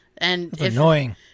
Annoying